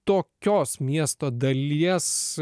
tokios miesto dalies